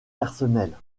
personnelle